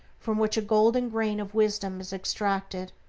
from which a golden grain of wisdom is extracted,